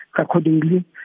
accordingly